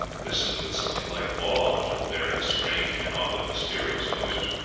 listened with something like awe to the various strange and often mysterious noises.